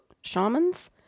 shamans